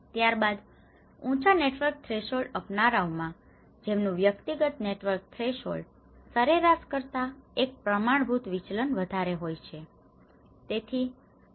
ત્યારબાદ ઉંચા network threshold અપનાવનારાઓમાં કે જેમનું વ્યક્તિગત નેટવર્ક થ્રેશહોલ્ડ સરેરાશ કરતા એક પ્રમાણભૂત વિચલન વધારે હોય છે